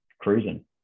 cruising